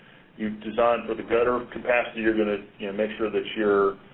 you've designed for the gutter capacity, you're going to make sure that your